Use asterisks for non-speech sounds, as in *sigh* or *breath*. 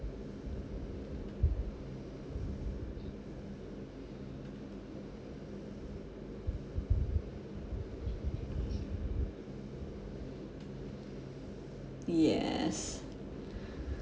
yes *breath*